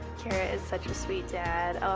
garrett is such a sweet dad.